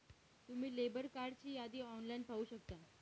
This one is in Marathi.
तुम्ही लेबर कार्डची यादी ऑनलाइन पाहू शकता